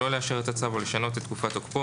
לא לאשר את הצו או לשנות את תקופת תוקפו,